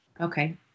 Okay